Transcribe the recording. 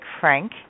Frank